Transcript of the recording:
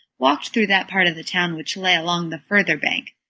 walked through that part of the town which lay along the further bank,